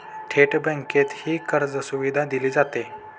थेट बँकेतही कर्जसुविधा दिली जाते